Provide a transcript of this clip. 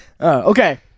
Okay